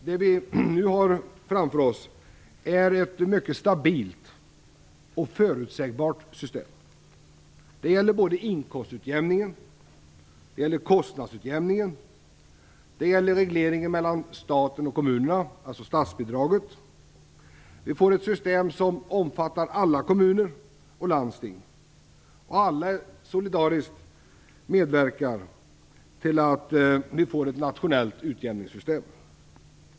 Det nu föreslagna systemet är mycket stabilt och förutsägbart vad gäller såväl inkomstutjämningen och kostnadsutjämningen som regleringen mellan staten och kommunerna, alltså statsbidraget. Vi får ett system som omfattar alla kommuner och landsting, och alla dessa medverkar solidariskt till att vi får ett nationellt utjämningssystem.